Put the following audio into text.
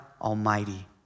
Almighty